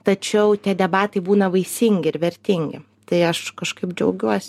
tačiau tie debatai būna vaisingi ir vertingi tai aš kažkaip džiaugiuosi